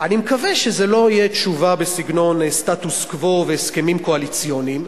אני מקווה שזה לא יהיה תשובה בסגנון סטטוס-קוו והסכמים קואליציוניים.